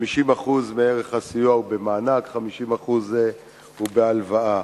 50% מערך הסיוע הוא במענק, 50% הוא בהלוואה